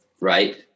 right